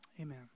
Amen